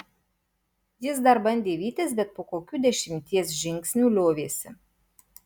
jis dar bandė vytis bet po kokių dvidešimties žingsnių liovėsi